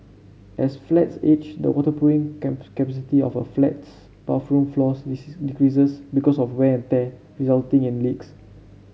as flats age the waterproofing capacity of a flat's bathroom floors decreases because of wear and day resulting in leaks